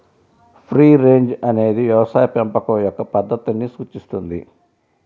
free range అనేది వ్యవసాయ పెంపకం యొక్క పద్ధతిని సూచిస్తుంది